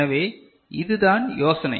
எனவே இதுதான் யோசனை